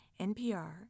NPR